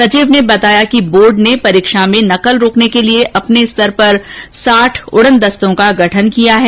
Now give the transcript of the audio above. सचिव ने बताया कि बोर्ड ने परीक्षा में नकल रोकने के लिए अपने स्तर पर साठ उड़न दस्तों का गठन किया है